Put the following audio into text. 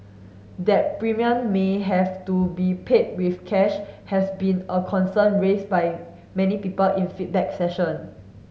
that premium may have to be paid with cash has been a concern raised by many people in feedback session